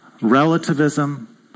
Relativism